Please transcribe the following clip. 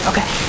Okay